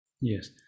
Yes